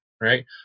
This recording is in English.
right